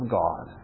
God